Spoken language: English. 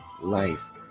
life